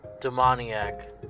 demoniac